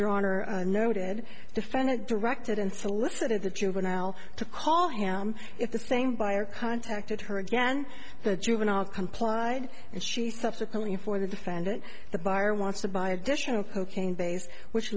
your honor noted defendant directed and solicited the juvenile to call him if the same buyer contacted her again the juvenile complied and she subsequently for the defendant the buyer wants to buy additional cocaine base which